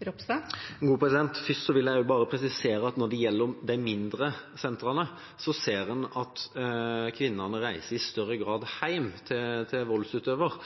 vil jeg bare presisere at når det gjelder de mindre sentrene, ser en at kvinnene i større grad reiser hjem til voldsutøveren,